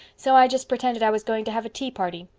so i just pretended i was going to have a tea party.